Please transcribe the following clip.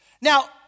Now